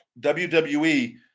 WWE